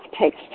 takes